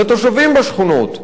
לתושבים בשכונות,